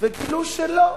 וגילו שלא,